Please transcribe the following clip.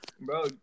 Bro